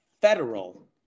federal